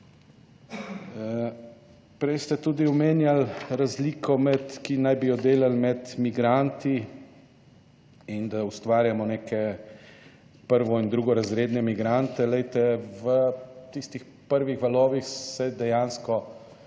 Prej ste tudi omenjali razliko med, ki naj bi jo delali med migranti, in da ustvarjamo neke prvo in drugorazredne migrante. Glejte, v tistih prvih valovih se dejansko